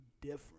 different